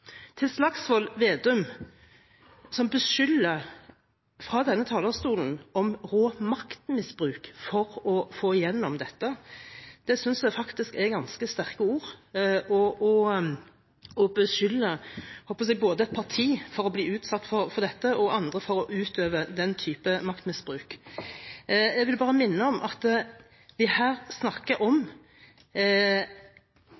Til Slagsvold Vedum, som kommer med beskyldninger fra denne talerstolen, om «rå makt», maktmisbruk, for å få igjennom dette: Det synes jeg faktisk er ganske sterke ord – både å utsette et parti for dette og beskylde andre for å utøve den typen maktmisbruk. Jeg vil bare minne om at vi her snakker om